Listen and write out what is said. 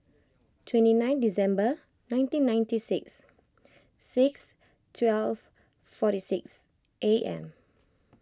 twenty nine December nineteen ninety six six twelve forty six A M